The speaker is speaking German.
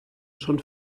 schon